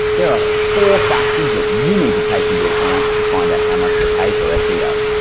there are four factors that you need to take into account to find out how much to pay for ah seo.